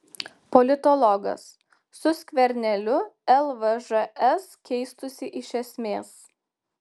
politologas su skverneliu lvžs keistųsi iš esmės